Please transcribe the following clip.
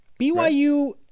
BYU